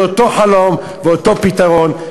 זה אותו חלום ואותו פתרון.